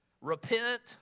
repent